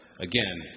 again